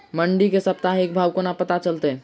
मंडी केँ साप्ताहिक भाव कोना पत्ता चलतै?